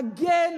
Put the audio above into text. אגן